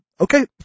Okay